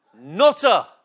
nutter